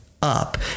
up